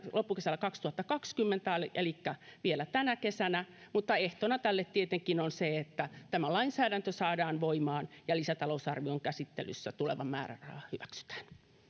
loppukesällä kaksituhattakaksikymmentä elikkä vielä tänä kesänä mutta ehtona tälle tietenkin on se että tämä lainsäädäntö saadaan voimaan ja lisätalousarvion käsittelyssä tuleva määräraha hyväksytään